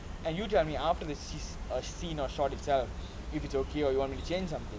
and you tell me after this err scene or shot itself if it's okay or you want me to change something